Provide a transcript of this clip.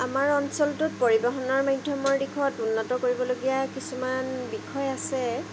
আমাৰ অঞ্চলটোত পৰিবহণৰ মাধ্যমৰ দিশত উন্নত কৰিবলগীয়া কিছুমান বিষয় আছে